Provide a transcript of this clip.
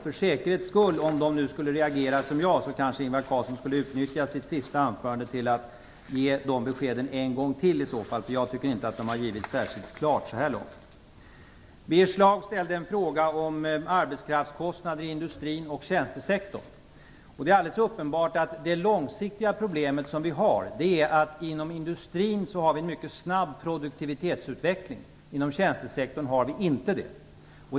För säkerhets skull, om de nu skulle reagera som jag, kanske Ingvar Carlsson borde utnyttja sitt sista anförande till att ge de beskeden en gång till. Jag tycker inte att de har givits särskilt klart så här långt. Birger Schlaug ställde en fråga om arbetskraftskostnader i industrin och tjänstesektorn. Det är alldeles uppenbart att det långsiktiga problem som vi har är att inom industrin har vi en mycket snabb produktivitetsutveckling men att vi inte har det inom tjänstesektorn.